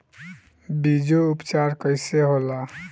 बीजो उपचार कईसे होला?